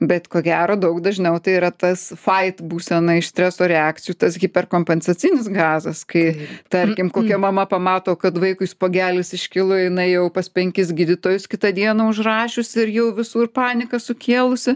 bet ko gero daug dažniau tai yra tas fait būsena iš streso reakcijų tas hiperkompensacinis gazas kai tarkim kokia mama pamato kad vaikui spuogelis iškilo jinai jau pas penkis gydytojus kitą dieną užrašiusi ir jau visur paniką sukėlusi